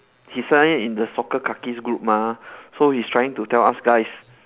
he signed it in the soccer kakis group mah so he's trying to tell us guys